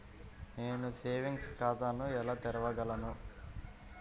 నేను సేవింగ్స్ ఖాతాను ఎలా తెరవగలను?